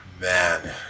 Man